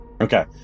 okay